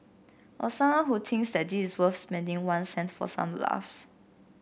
or someone who thinks that this worth spending one cent for some laughs